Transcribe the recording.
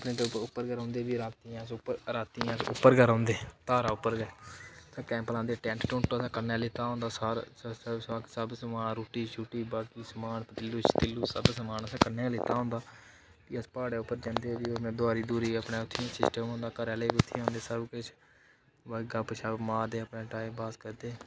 उप्पर गै रौंह्दे बी रातीं अस उप्पर गै रौंह्दे धारा उप्पर गै कैंप लांदे टैंट टुंट असें कन्नै लैता होंदा सब सब समान रुट्टी शुट्टी बाकी समान पतीलू शतीलू सब समान असें कन्नै गै लैता होंदा फ्ही अस प्हाड़ै उप्पर जंदे फ्ही अस दुआरी दुआरी अपनै उत्थै सिस्टम होंदा घरै आह्ला लेखा सब किश गप्प शप्प मारदे अपने टाइम पास करदे